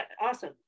awesome